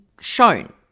shown